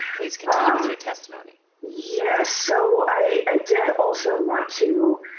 please continue with your testimony. yes. so i ah did also want to